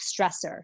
stressor